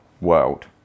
world